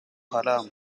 haram